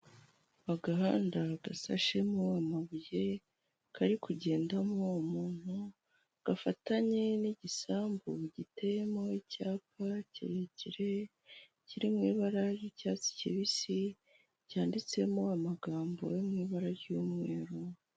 Agahanda gasashemo amabuye kari kugendamo umuntu gafatanye n'igisambu giteyemo icyapa kirekire kiri mu ibara ry'icyatsi kibisi cyanditsemo amagambo yo mu ibara ry'umweru.